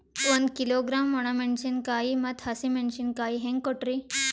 ಒಂದ ಕಿಲೋಗ್ರಾಂ, ಒಣ ಮೇಣಶೀಕಾಯಿ ಮತ್ತ ಹಸಿ ಮೇಣಶೀಕಾಯಿ ಹೆಂಗ ಕೊಟ್ರಿ?